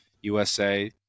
USA